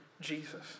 Jesus